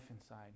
inside